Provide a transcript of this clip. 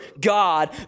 God